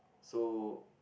so